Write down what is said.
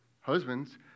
husbands